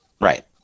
Right